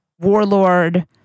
warlord